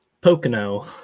Pocono